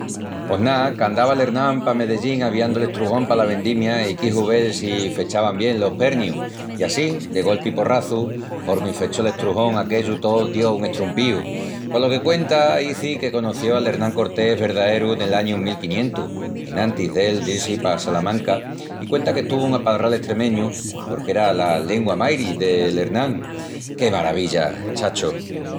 Pos ná, qu'andava el Hernán pa Medellín aviandu l'estrujón pala vendimia i quixu vel si fechavan bien los pernius. I assín, de golpi i porrazu, hormi fechó'l estrujón aquellu tó dio un estrumpíu. Polo que cuenta izi que conoció al Hernán Cortés verdaeru nel añu mil quiñentus, enantis d'él dil-si pa Salamanca, i cuenta que estuvun a palral estremeñu porque era la lengua mairi del Hernán. Qué maravilla, chacho!